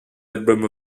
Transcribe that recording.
albums